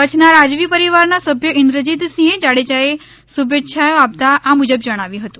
કચ્છના રાજવી પરિવારના સભ્ય ઈન્દ્રજીતસિંહ જાડેજાએ શૂભેચ્છા આપતા આ મુબજ જણાવ્યું હતું